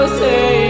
say